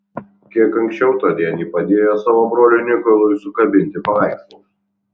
kiek anksčiau tądien ji padėjo savo broliui nikolui sukabinti paveikslus